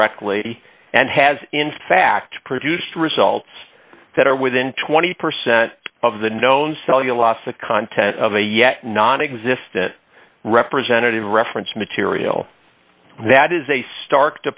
directly and has in fact produced results that are within twenty percent of the known cellulose the content of a yet nonexistent representative reference material that is a stark